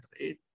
right